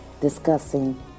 discussing